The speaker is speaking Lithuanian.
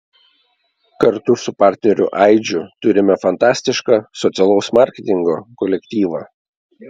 kartu su partneriu aidžiu turime fantastišką socialaus marketingo kolektyvą